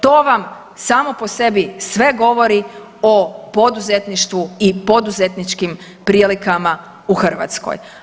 To vam samo po sebi sve govori o poduzetništvu i poduzetničkim prilikama u Hrvatskoj.